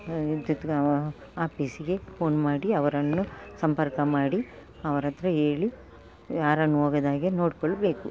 ವಿದ್ಯುತ್ತಿನ ಆಪೀಸಿಗೆ ಫೋನ್ ಮಾಡಿ ಅವರನ್ನು ಸಂಪರ್ಕ ಮಾಡಿ ಅವರ ಹತ್ರ ಹೇಳಿ ಯಾರನ್ನು ಹೋಗದಾಗೆ ನೋಡಿಕೊಳ್ಬೇಕು